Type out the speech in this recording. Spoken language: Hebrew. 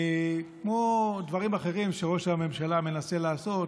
כמו דברים אחרים שראש הממשלה מנסה לעשות,